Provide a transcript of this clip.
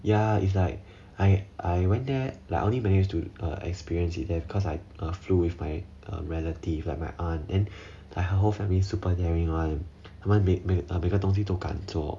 ya is like I I went there like I only managed to uh experience it there cause I flew with my uh relative like my aunt then like her whole family super daring one 他们每个东西都敢坐